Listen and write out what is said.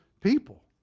people